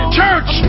church